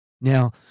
Now